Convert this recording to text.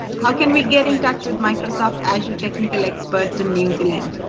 how can we get in touch with microsoft azure technical experts in new zealand?